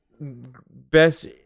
best